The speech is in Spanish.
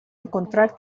encontrar